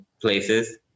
places